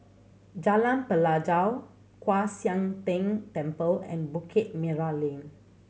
Jalan Pelajau Kwan Siang Tng Temple and Bukit Merah Lane